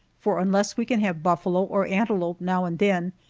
for unless we can have buffalo or antelope now and then,